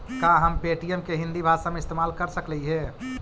का हम पे.टी.एम के हिन्दी भाषा में इस्तेमाल कर सकलियई हे?